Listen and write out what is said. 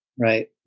Right